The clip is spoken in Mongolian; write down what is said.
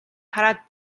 хараад